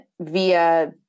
via